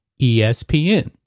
ESPN